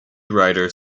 rider